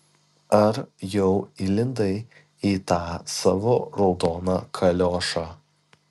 ar jau įlindai į tą savo raudoną kaliošą